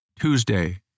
Tuesday